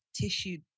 tissue